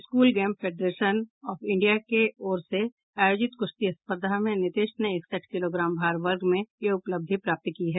school games federation of India के ओर से आयोजित कुश्ती स्पर्धा में नीतीश ने इकसठ किलोग्राम भार वर्ग में यह उपलब्धि प्राप्त की है